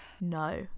no